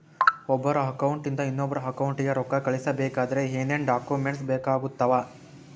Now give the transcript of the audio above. ಒಬ್ಬರ ಅಕೌಂಟ್ ಇಂದ ಇನ್ನೊಬ್ಬರ ಅಕೌಂಟಿಗೆ ರೊಕ್ಕ ಕಳಿಸಬೇಕಾದ್ರೆ ಏನೇನ್ ಡಾಕ್ಯೂಮೆಂಟ್ಸ್ ಬೇಕಾಗುತ್ತಾವ?